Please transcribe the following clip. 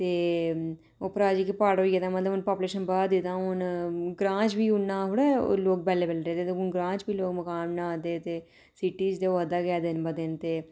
ते उप्परा जेह्के प्हाड़ होई गे ता मतलब हून पापुलेशन बधै दी ऐ ते हून ग्रांऽ च बी लोक इन्ने थोह्ड़े बैह्ल्ले बैह्ल्ले रेहदे हून ग्रांऽ च बी लोक मकान बना दे ते सिटी च ते होआ दा गै दिन बा दिन ते